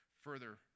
further